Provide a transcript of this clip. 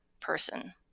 person